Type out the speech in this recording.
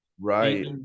right